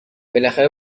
بالاخره